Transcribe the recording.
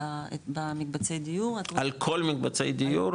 במקבצי דיור --- על כל מקבצי הדיור?